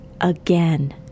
again